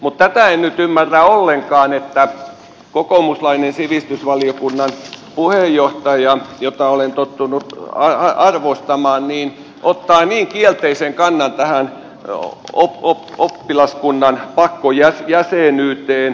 mutta tätä en nyt ymmärrä ollenkaan että kokoomuslainen sivistysvaliokunnan puheenjohtaja jota olen tottunut arvostamaan ottaa niin kielteisen kannan tähän oppilaskunnan pakkojäsenyyteen